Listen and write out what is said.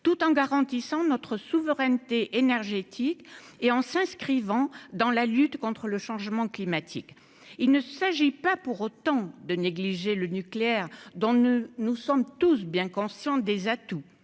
tout en garantissant notre souveraineté énergétique et en s'inscrivant dans la lutte contre le changement climatique, il ne s'agit pas pour autant de négliger le nucléaire dont ne nous sommes tous bien conscients des atouts